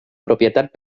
propietat